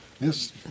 Yes